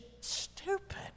stupid